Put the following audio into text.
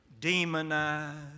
demonized